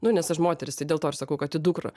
nu nes aš moteris tai dėl to ir sakau kad į dukrą